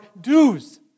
dues